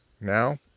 Now